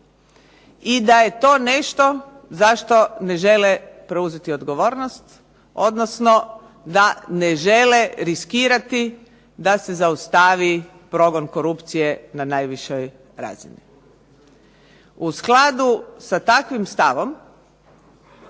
i da je to nešto za što ne žele preuzeti odgovornost odnosno da ne žele riskirati da se zaustavi progon korupcije na najvišoj razini. U skladu sa takvim stavom,